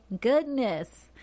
goodness